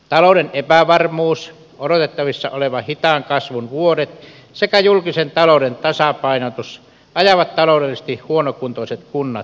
talouden epävarmuus odotettavissa olevat hitaan kasvun vuodet sekä julkisen talouden tasapainotus ajavat taloudellisesti huonokuntoiset kunnat konkurssin partaalle